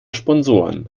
sponsoren